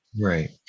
Right